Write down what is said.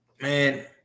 Man